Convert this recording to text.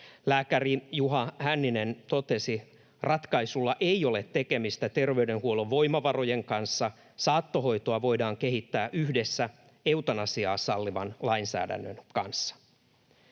Lääkäri Juha Hänninen totesi: ”Ratkaisulla ei ole tekemistä terveydenhuollon voimavarojen kanssa. Saattohoitoa voidaan kehittää yhdessä eutanasian sallivan lainsäädännön kanssa.”